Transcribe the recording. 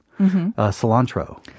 cilantro